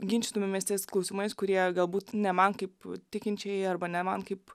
ginčytumėmės ties klausimais kurie galbūt ne man kaip tikinčiajai arba ne man kaip